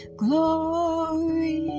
glory